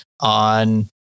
on